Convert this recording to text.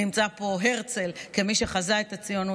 נמצא פה הרצל כמי שחזה את הציונות.